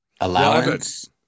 Allowance